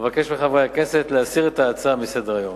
אבקש מחברי הכנסת להסיר את ההצעה מסדר-היום.